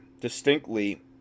distinctly